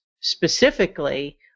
specifically